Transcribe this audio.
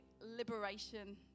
liberation